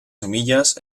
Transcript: semillas